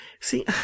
see